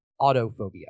Autophobia